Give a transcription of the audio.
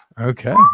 Okay